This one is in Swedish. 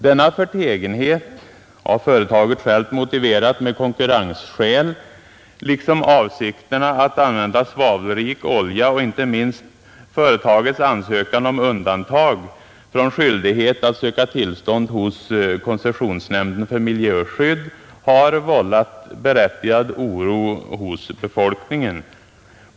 Denna förtegenhet — som företaget självt motiverade med konkurrensskäl — liksom avsikterna att använda svavelrik olja och inte minst företagets ansökan om undantag från skyldighet att söka tillstånd hos koncessionsnämnden för miljöskydd har vållat berättigad oro hos befolkningen.